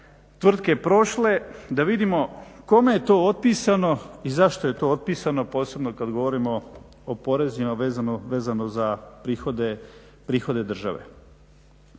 tvrtke prošle? Da vidimo kome je to otpisano i zašto je to otpisano, posebno kad govorimo o porezima vezano za prihode države.